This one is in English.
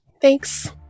Thanks